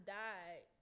died